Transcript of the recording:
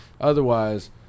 Otherwise